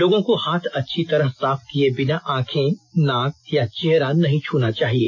लोगों को हाथ अच्छी तरह साफ किए बिना आखें नाक या चेहरा नहीं छूना चाहिए